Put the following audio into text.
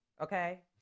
okay